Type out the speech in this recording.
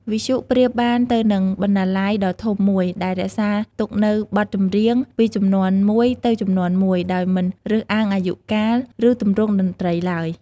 វិទ្យុប្រៀបបានទៅនឹងបណ្ណាល័យដ៏ធំមួយ ដែលរក្សាទុកនូវបទចម្រៀងពីជំនាន់មួយទៅជំនាន់មួយ ដោយមិនរើសអើងអាយុកាល ឬទម្រង់តន្ត្រីឡើយ។